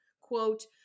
Quote